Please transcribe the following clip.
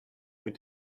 mit